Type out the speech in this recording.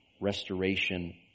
restoration